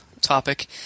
topic